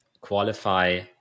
qualify